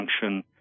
function